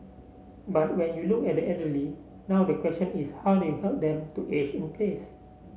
but when you look at elderly now the question is how do you help them to age in place